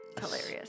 Hilarious